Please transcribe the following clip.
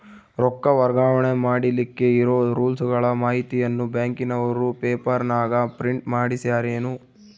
ರೊಕ್ಕ ವರ್ಗಾವಣೆ ಮಾಡಿಲಿಕ್ಕೆ ಇರೋ ರೂಲ್ಸುಗಳ ಮಾಹಿತಿಯನ್ನ ಬ್ಯಾಂಕಿನವರು ಪೇಪರನಾಗ ಪ್ರಿಂಟ್ ಮಾಡಿಸ್ಯಾರೇನು?